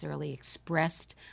expressed